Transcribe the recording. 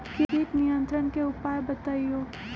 किट नियंत्रण के उपाय बतइयो?